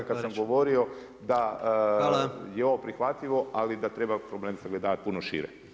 kada sam govorio da je ovo prihvatljivo ali da treba problem sagledavati puno šire.